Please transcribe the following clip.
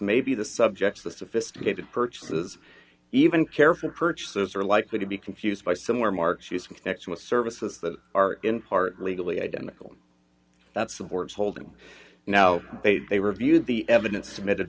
may be the subject of the sophisticated purchases even careful purchases are likely to be confused by similar marks use connection with services that are in part legally identical that supports hold him now they reviewed the evidence submitted